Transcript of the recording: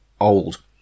old